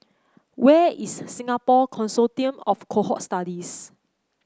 where is Singapore Consortium of Cohort Studies